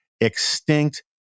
extinct